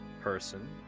person